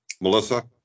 Melissa